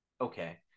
okay